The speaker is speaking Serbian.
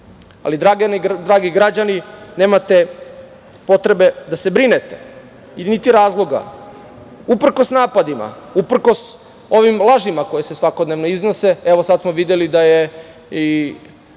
dragi građani, nemate potrebe da se brinete, niti razloga. Uprkos napadima, uprkos ovim lažima koje se svakodnevno iznose, sada smo videli da je